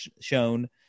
shown